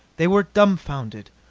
they were dumbfounded,